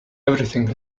everything